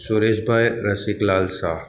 Sureshbhai Rasiklal Shah